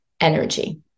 energy